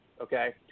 okay